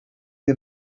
you